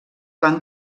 van